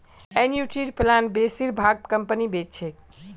एनयूटीर प्लान बेसिर भाग कंपनी बेच छेक